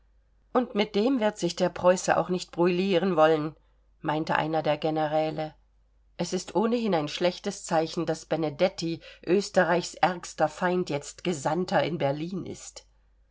und mit dem wird sich der preuße auch nicht brouillieren wollen meinte einer der generäle es ist ohnehin ein schlechtes zeichen daß benedetti österreichs ärgster feind jetzt gesandter in berlin ist